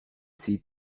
see